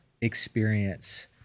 experience